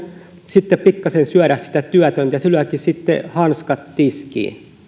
sitten pikkasen syödä sitä työtöntä joka lyökin sitten hanskat tiskiin